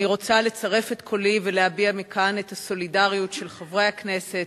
אני רוצה לצרף את קולי ולהביע מכאן את הסולידריות של חברי הכנסת